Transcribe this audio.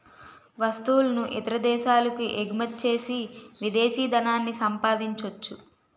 వస్తువులను ఇతర దేశాలకు ఎగుమచ్చేసి విదేశీ ధనాన్ని సంపాదించొచ్చు